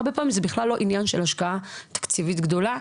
הרבה פעמים זה בכלל לא עניין של השקעה תקציבית גדולה.